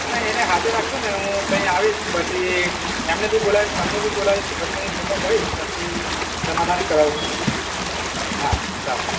હા એને સાથે રાખજો ને હું ત્યાં આવીશ પછી એમને બી બોલાવીશ તમને બી બોલાવીશ બંને ને ભેગા કરીશ પછી સમાધાન કરાવું છું હું હા સારું